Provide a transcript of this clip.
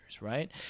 right